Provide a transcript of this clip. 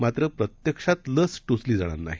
मात्रप्रत्यक्षातलसटोचलीजाणारनाही